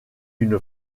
une